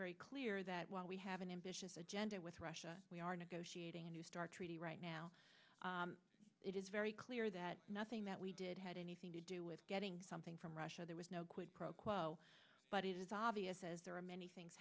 very clear that while we have an ambitious agenda with russia we are negotiating a new start treaty right now it is very clear that nothing that we did had anything to do with getting something from russia there was no quid pro quo but it is obvious as there are many things